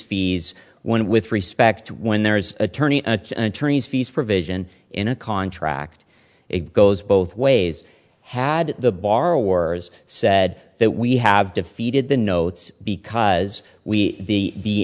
fees one with respect when there is attorney attorneys fees provision in a contract it goes both ways had the bar wars said that we have defeated the notes because we the